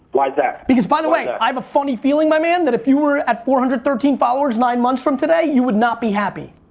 why's that? because by the way, i have a funny feeling, my man, that if you were at four hundred and thirteen followers nine months from today, you would not be happy.